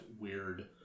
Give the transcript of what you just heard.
weird